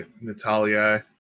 Natalia